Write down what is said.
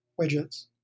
widgets